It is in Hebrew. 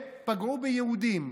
שפגעו ביהודים,